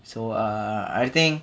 so err I think